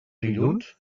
dilluns